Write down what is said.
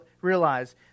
realize